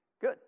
Good